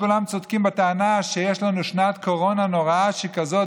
וכולם צודקים בטענה שיש לנו שנת קורונה נוראה שכזאת